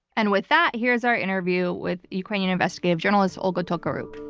and with that, here's our interview with ukrainian investigative journalist, olga tokariuk.